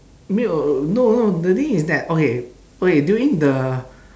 没有 no no the thing is that okay okay during the